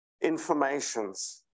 informations